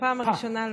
בפעם הראשונה לא.